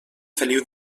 feliu